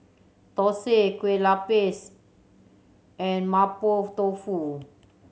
thosai Kueh Lupis and Mapo Tofu